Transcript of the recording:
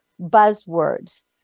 buzzwords